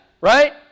right